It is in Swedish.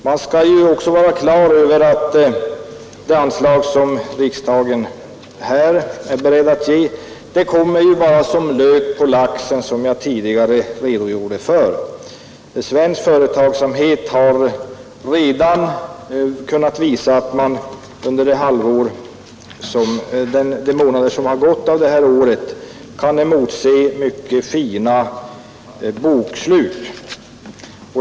Man skall också vara klar över att det anslag som riksdagen här är beredd att ge kommer att vara ”som lök på laxen” för de kapitalägande. Svensk företagsamhet har redan kunnat visa att man under de månader som gått av detta år kan emotse mycket fina bokslut.